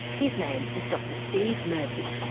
his name was dr steve murphy.